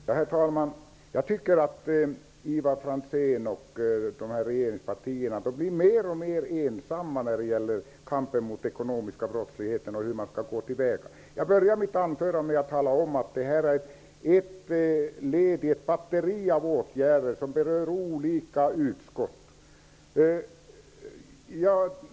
Herr talman! Ivar Franzén och övriga i regeringspartierna verkar bli allt ensammare när det gäller kampen mot den ekonomiska brottsligheten och hur man skall gå till väga i det avseendet. Jag inledde mitt huvudanförande med att tala om att det här är ett led i fråga om ett batteri av åtgärder som berör olika utskott.